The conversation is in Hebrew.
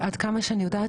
עד כמה שאני יודעת,